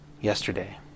Yesterday